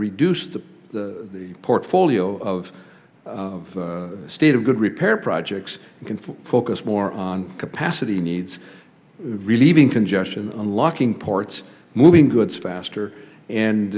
reduced the portfolio of state of good repair projects can focus more on capacity needs relieving congestion locking ports moving goods faster and